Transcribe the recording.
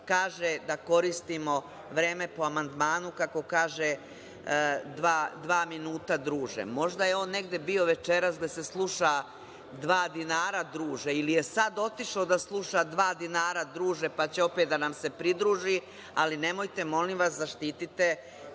kaže da koristimo vreme po amandmanu, kako kaže, „ dva minuta, druže“. Možda je on negde bio večeras gde se sluša „dva dinara druže“ ili je sad otišao da sluša „dva dinara druže“, pa će opet da nam se pridruži, ali nemojte molim vas. Zaštitite,